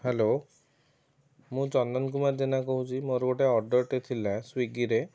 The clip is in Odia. ହ୍ୟାଲୋ ମୁଁ ଚନ୍ଦନ କୁମାର ଜେନା କହୁଛି ମୋର ଗୋଟେ ଅର୍ଡ଼ର ଟେ ଥିଲା ସ୍ୱିଗୀ ରେ